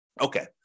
Okay